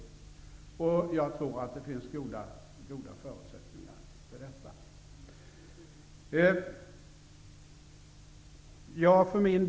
Jag tror att det finns goda förutsättningar för detta.